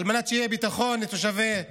על מנת שיהיה ביטחון לתושבי הגליל,